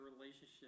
relationship